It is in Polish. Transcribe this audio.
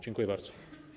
Dziękuję bardzo.